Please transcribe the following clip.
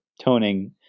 toning